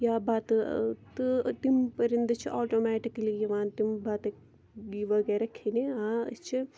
یا بَتہٕ تہٕ تِم پٔرِنٛدٕ چھِ آٹومیٹِکٔلی یِوان تِم بَتہٕ یہِ وغیرہ کھیٚنہِ أسۍ چھِ